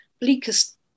bleakest